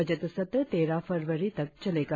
budget सत्र तेरह फरवरी तक चलेगा